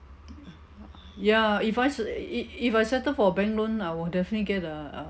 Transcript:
ya if I s~ if if I settle for a bank loan I will definitely get a a